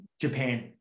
Japan